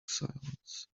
silence